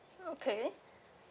okay